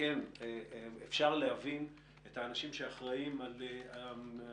אני חושב שכן אפשר להבין את האנשים שאחראיים ברמה